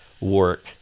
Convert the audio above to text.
work